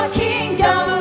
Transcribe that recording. kingdom